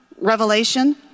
Revelation